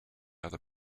other